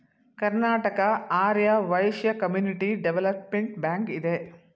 Karnataka Arya Vaishya community development bank ಇದೆ